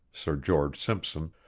sir george simpson,